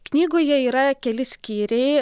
knygoje yra keli skyriai